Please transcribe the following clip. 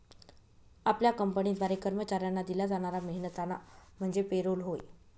आपल्या कंपनीद्वारे कर्मचाऱ्यांना दिला जाणारा मेहनताना म्हणजे पे रोल होय